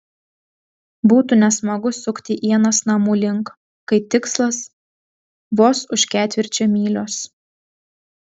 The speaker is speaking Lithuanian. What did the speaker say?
būtų nesmagu sukti ienas namų link kai tikslas vos už ketvirčio mylios